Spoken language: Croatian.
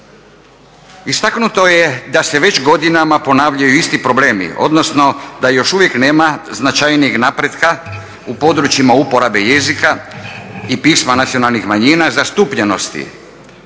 Istaknuto je da se već godinama ponavljaju isti problemi odnosno da još uvijek nema značajnijeg napretka u područjima uporabe jezika i pisma nacionalnih manjina zastupljenosti